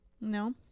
No